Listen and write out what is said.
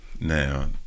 Now